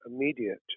immediate